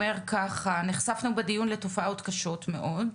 נחשפנו בדיון לתופעות קשות מאוד,